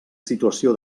situació